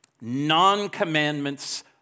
non-commandments